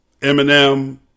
Eminem